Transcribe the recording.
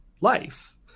life